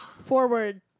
forward